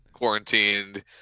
quarantined